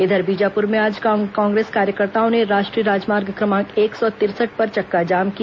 इधर बीजापुर में आज कांग्रेस कार्यकर्ताओं ने राष्ट्रीय राजमार्ग क्रमांक एक सौ तिरसठ पर चक्काजाम किया